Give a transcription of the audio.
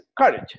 courage